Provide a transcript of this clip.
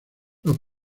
los